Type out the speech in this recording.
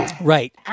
right